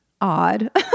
odd